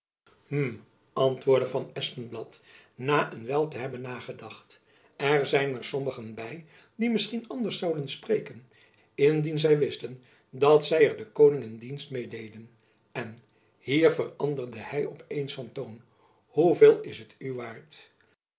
hm antwoordde van espenblad na een wijl te hebben nagedacht er zijn er sommigen by die misschien anders zouden spreken indien zy wisten dat zy er den koning een dienst meê deden en hier veranderde hy op eens van toon hoeveel is het u waard